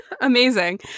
Amazing